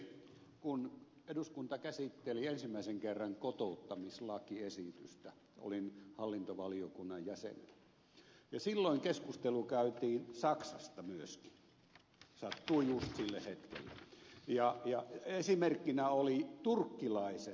kun eduskunta käsitteli ensimmäisen kerran kotouttamislakiesitystä olin hallintovaliokunnan jäsen ja silloin keskustelu käytiin saksasta myöskin sattui just sille hetkelle ja esimerkkinä olivat turkkilaiset saksassa